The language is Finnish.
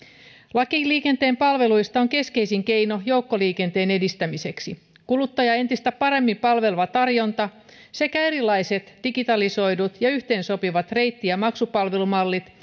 laki liikenteen palveluista on keskeisin keino joukkoliikenteen edistämiseksi kuluttajaa entistä paremmin palveleva tarjonta sekä erilaiset digitalisoidut ja yhteensopivat reitti ja maksupalvelumallit